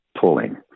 pulling